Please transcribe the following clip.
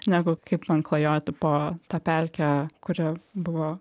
negu kaip man klajoti po tą pelkę kuri buvo